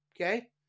okay